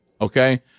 Okay